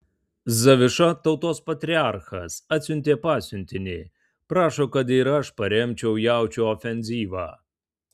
zaviša tautos patriarchas atsiuntė pasiuntinį prašo kad ir aš paremčiau jaučių ofenzyvą